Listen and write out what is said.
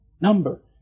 number